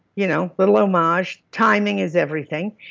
you know little um homage, timing is everything.